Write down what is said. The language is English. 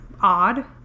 odd